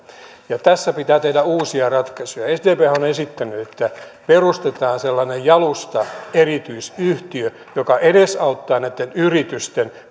tässä pitää tehdä uusia ratkaisuja sdp on esittänyt että perustetaan sellainen jalusta erityisyhtiö joka edesauttaa näitten yritysten